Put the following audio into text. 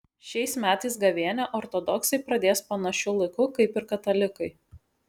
šiais metais gavėnią ortodoksai pradės panašiu laiku kaip ir katalikai